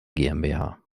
gmbh